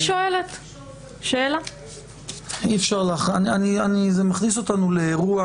אי אפשר, זה מכניס אותנו לאירוע.